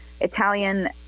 italian